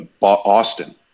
Austin